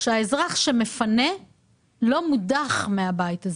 שהאזרח שמפנה לא מודח מהבית.